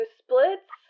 splits